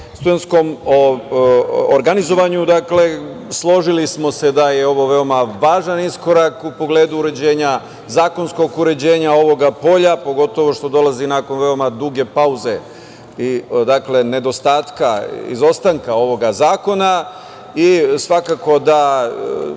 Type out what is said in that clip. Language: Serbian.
o studentskom organizovanju. Složili smo se da je ovo veoma važan iskorak u pogledu uređenja, zakonskog uređenja ovog polja, pogotovo što dolazi nakon veoma duge pauze i nedostatka, izostanka ovog zakona. Svakako da